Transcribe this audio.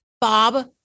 Bob